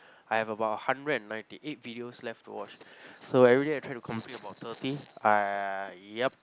I have about hundred and ninety eight videos left to watch so everyday I try to complete about thirty uh yup